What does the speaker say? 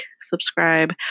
subscribe